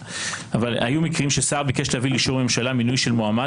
אבל היו מקרים ששר ביקש להביא לאישור הממשלה מינוי של מועמד